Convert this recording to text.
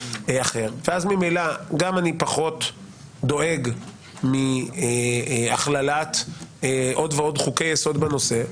אחר ממילא גם אני פחות דואג מהכללת עוד ועוד חוקי יסוד בנושא,